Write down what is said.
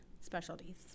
specialties